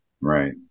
Right